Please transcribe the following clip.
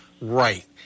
Right